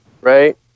Right